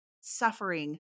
suffering